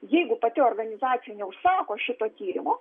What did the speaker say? jeigu pati organizacija neužsako šito tyrimo